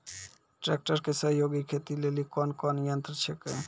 Tractor के सहयोगी खेती लेली कोन कोन यंत्र छेकै?